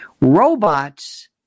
robots